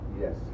Yes